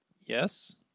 Yes